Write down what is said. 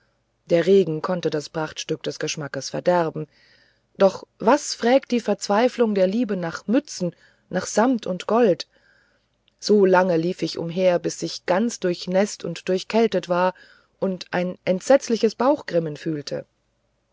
der regen konnte das prachtstück des geschmacks verderben doch was frägt die verzweiflung der liebe nach mützen nach samt und gold so lange lief ich umher bis ich ganz durchnäßt und durchkältet war und ein entsetzliches bauchgrimmen fühlte